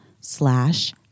slash